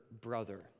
brother